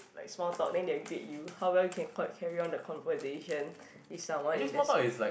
like small talk then they'll grade you how well you can quite carry on the conversation with someone in the